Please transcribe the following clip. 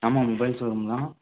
ஆமாம் mobile showroom தான்